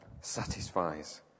satisfies